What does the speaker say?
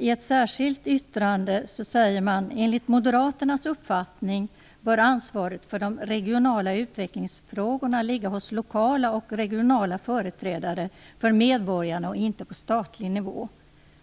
I ett särskilt yttrande säger man: Enligt Moderaternas uppfattning bör ansvaret för de regionala utvecklingsfrågorna ligga hos lokala och regionala företrädare för medborgarna och inte på statlig nivå.